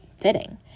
fitting